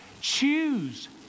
Choose